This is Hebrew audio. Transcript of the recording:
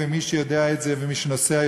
ומי שנוסע,